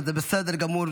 אבל זה בסדר גמור.